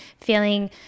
feeling